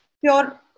pure